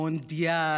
מונדיאל,